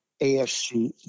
AFC